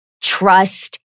trust